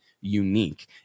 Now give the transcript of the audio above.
unique